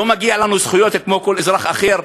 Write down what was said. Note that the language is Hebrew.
לא מגיע לנו זכויות כמו כל אזרח אחר?